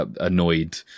annoyed